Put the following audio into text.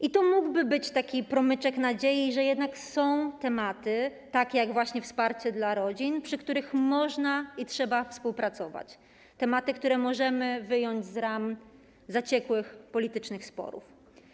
I to mógłby być taki promyczek nadziei, że jednak są tematy, tak jak właśnie wsparcie dla rodzin, przy których można i trzeba współpracować, tematy, które możemy wyjąć z ram zaciekłych politycznych sporów.